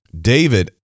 David